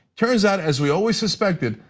turns out, as we always suspected,